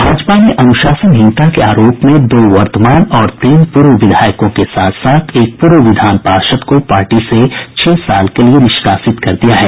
भारतीय जनता पार्टी ने अनुशासनहीनता के आरोप में दो वर्तमान और तीन पूर्व विधायकों के साथ साथ एक पूर्व विधान पार्षद को पार्टी से छह साल के लिए निष्कासित कर दिया है